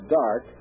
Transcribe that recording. dark